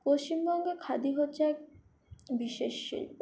পশ্চিমবঙ্গ খাদি হচ্ছে এক বিশেষ শিল্প